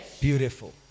Beautiful